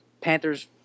Panthers